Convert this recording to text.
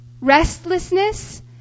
restlessness